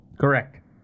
Correct